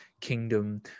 kingdom